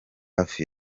hafi